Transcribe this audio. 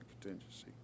contingency